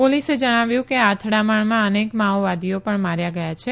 પોલીસે જણાવ્યું કે આ અથડામણમાં અનેક માઓવાદીઓ પણ માર્યા ગયા છે